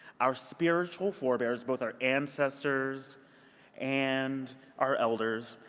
our spiritualal forbearers, both our ancestors and our elders,